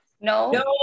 No